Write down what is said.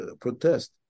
protest